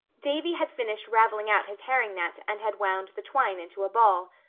davy had finished ravelling out his herring net and had wound the twine into a ball.